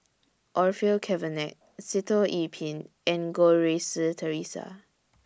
Orfeur Cavenagh Sitoh Yih Pin and Goh Rui Si Theresa